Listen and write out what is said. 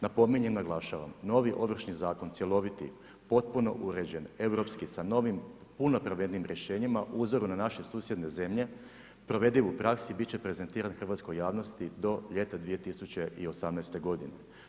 Napominjem i naglašavam, novi Ovršni zakon, cjeloviti, potpuno uređen, europski, sa novim puno pravednijim rješenjima po uzoru na naše susjedne zemlje, provediv u praksi biti će prezentiran hrvatskoj javnosti do ljeta 2018. godine.